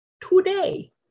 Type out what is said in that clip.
today